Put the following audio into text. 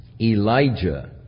Elijah